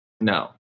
No